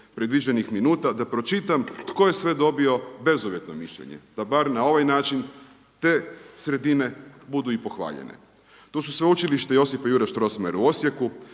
predviđenih minuta da pročitam tko je sve dobio bezuvjetno mišljenje da bar na ovaj način te sredine budu i pohvaljene. To su Sveučilište Josipa Jurja Strossmayera u Osijeku,